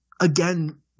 again